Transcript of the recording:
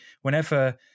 whenever